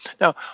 Now